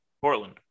Portland